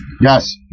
Yes